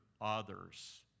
others